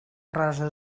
rosa